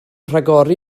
rhagori